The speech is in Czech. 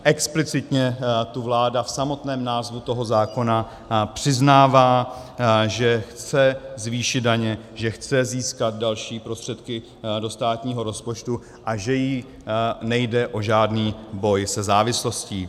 Explicitně tu vláda v samotném názvu toho zákona přiznává, že chce zvýšit daně, že chce získat další prostředky do státního rozpočtu a že jí nejde o žádný boj se závislostí.